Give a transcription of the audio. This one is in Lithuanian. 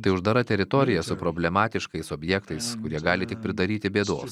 tai uždara teritorija su problematiškais objektais kurie gali tik pridaryti bėdos